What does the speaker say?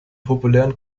populären